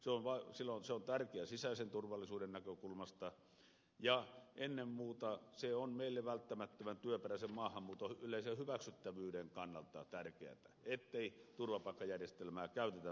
se on tärkeää sisäisen turvallisuuden näkökulmasta ja ennen muuta se on meille välttämättömän työperäisen maahanmuuton yleisen hyväksyttävyyden kannalta tärkeätä ettei turva paikkajärjestelmää käytetä väärin